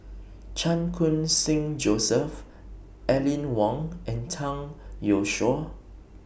Chan Khun Sing Joseph Aline Wong and Zhang Youshuo